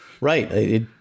Right